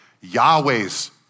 Yahweh's